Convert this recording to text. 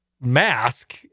mask